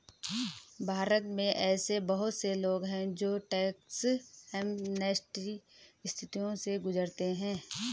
भारत में ऐसे बहुत से लोग हैं जो टैक्स एमनेस्टी स्थितियों से गुजरते हैं